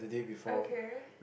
okay